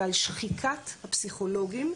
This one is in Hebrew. ועל שחיקת פסיכולוגים.